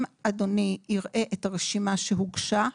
אם אדוני יראה את הרשימה שהוגשה,